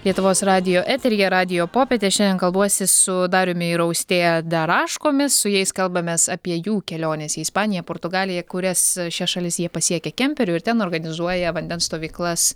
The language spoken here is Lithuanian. lietuvos radijo eteryje radijo popietė šiandien kalbuosi su dariumi ir austėja daraškomis su jais kalbamės apie jų keliones į ispaniją portugaliją kurias šias šalis jie pasiekia kemperiu ir ten organizuoja vandens stovyklas